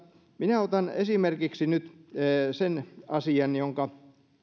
minä otan esimerkiksi nyt sen asian jonka